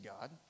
God